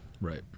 right